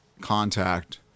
contact